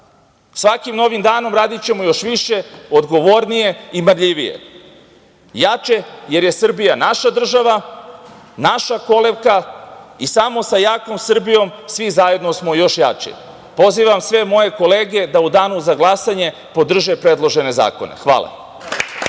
Svakim novim danom radićemo još više, odgovornije i marljivije, jače jer je Srbija naša država, naša kolevka i samo sa jakom Srbijom svi zajedno smo još jači. Pozivam sve moje kolege da u danu za glasanje podrže predložene zakone. Hvala.